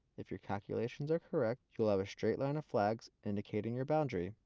if your calculations are correct, you will have a straight line of flags indicating your boundary.